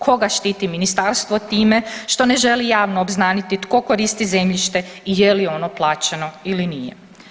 Koga štiti ministarstvo time što ne želi javno obznaniti tko koristi zemljište i je li ono plaćeno ili nije.